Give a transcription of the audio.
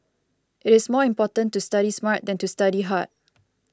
it is more important to study smart than to study hard